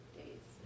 days